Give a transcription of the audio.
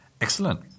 Excellent